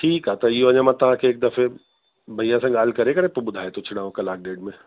ठीकु आहे त इहो अञा मां तव्हांखे हिकु दफ़े भईया सां ॻाल्हि करे करे थो ॿुधाए थो छॾाव कलाक ॾेढ में